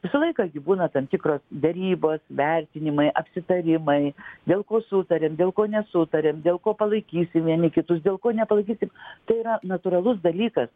visą laiką gi būna tam tikros derybos vertinimai apsitarimai dėl ko sutariam dėl ko nesutariam dėl ko palaikysim vieni kitus dėl ko nepalaikysim tai yra natūralus dalykas